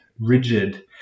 rigid